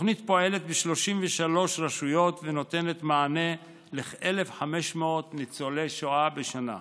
התוכנית פועלת ב-33 רשויות ונותנת מענה לכ-1,500 ניצולי שואה בשנה.